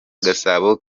gasabo